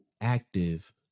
active